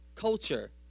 culture